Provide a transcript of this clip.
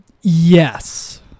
Yes